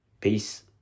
Peace